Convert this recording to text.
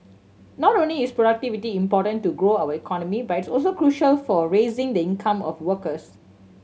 not only is productivity important to grow our economy but it's also crucial for raising the income of workers